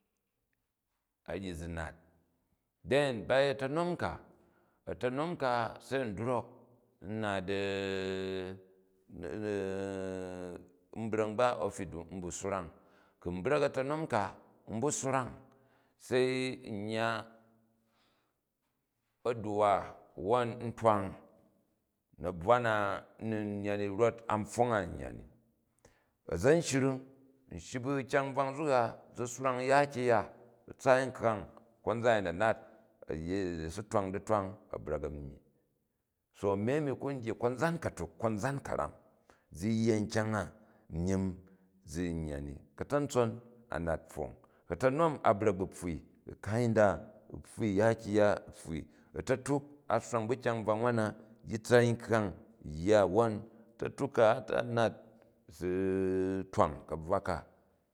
A ryi zi nat than ba a̱ta̱nom, ka, a̱ta̱nom ka, se n drok nat n brak h ba ofit u̱ drok nat n brak h ba ofit u̱ n bu swrang. Ku̱ n brak a̱ta̱nom ka, n bu swang, se n yya a̱dwe, wwon n twang nabvwa na n ni yya ni, rot a̱n pfong a nyya. Azanshring, n shyi bu kyang bvak nzuk a, ku zi swrang nya kyang-ya, u tsaai nkhang ko zan a̱yin a̱ nat a̱ si twang di twang a̱ brak a̱ myyi. So a̱mi a̱mi ku n dyi konzan katuk, ko nzan ka̱ram. Zi yya nkyang a myim zi yya ni ka̱ta̱ntson, a̱ nal pfong, a̱la̱nom a bra̱k bu pfwu u kai nda, upfwui u ya̱ kyang-ya upfuni a̱ta̱tuk a swrang bu kyang brak nwan na yi tsaai nkhang u yya, wwon a̱ta̱tuk ka a nat u si twang kabvwa ka